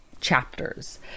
Chapters